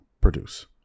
produce